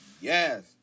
yes